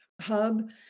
hub